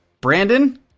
Brandon